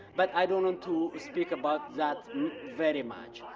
but i don't want to speak about that very much.